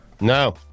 No